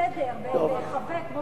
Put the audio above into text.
חברת הכנסת גלאון,